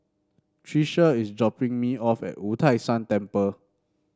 Trisha is dropping me off at Wu Tai Shan Temple